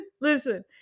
listen